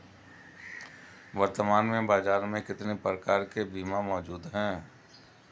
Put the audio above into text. वर्तमान में बाज़ार में कितने प्रकार के बीमा मौजूद हैं?